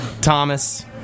Thomas